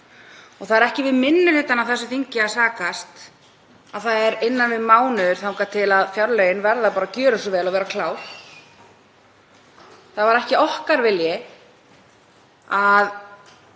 Og það er ekki við minni hlutann á þingi að sakast að það er innan við mánuður þangað til fjárlögin verða bara að gjöra svo vel að vera klár. Það var ekki okkar vilji að